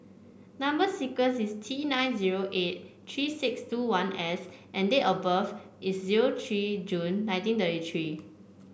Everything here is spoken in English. number sequence is T nine zero eight three six two one S and date of birth is zero three June nineteen thirty three